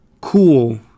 cool